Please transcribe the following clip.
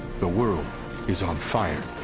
the world is on fire,